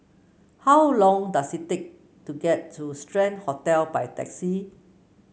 how long does it take to get to Strand Hotel by taxi